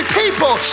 people